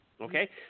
Okay